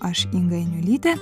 aš inga janiulytė